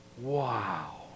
Wow